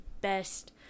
best